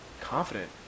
confident